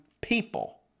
people